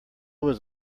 was